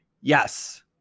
yes